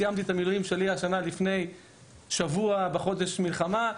סיימתי את המילואים שלי השנה לפני שבוע בחודש המלחמה.